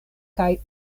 kaj